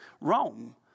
Rome